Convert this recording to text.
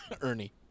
Ernie